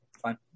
fine